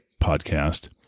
podcast